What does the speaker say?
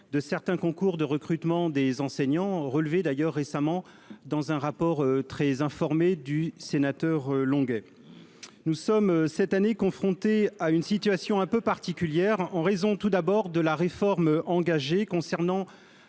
de certains concours de recrutement des enseignants, phénomène relevé récemment dans un rapport très informé du sénateur Gérard Longuet. Nous sommes cette année confrontés à une situation un peu particulière, du fait, tout d'abord, de la réforme engagée pour